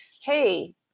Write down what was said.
Hey